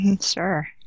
sure